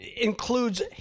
includes